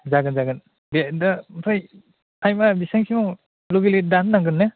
जागोन जागोन बेनो ओमफ्राय टाइमआ बिसिबांसिम लगे लगे दानो नांगोन ने